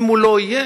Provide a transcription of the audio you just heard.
אם הוא לא יהיה,